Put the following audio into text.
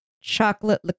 chocolate